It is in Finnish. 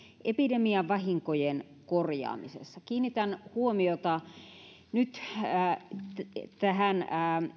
epidemian vahinkojen korjaamisessa kiinnitän huomiota tähän